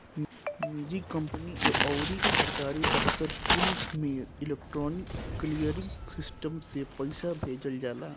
निजी कंपनी अउरी सरकारी दफ्तर कुल में इलेक्ट्रोनिक क्लीयरिंग सिस्टम से पईसा भेजल जाला